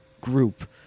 group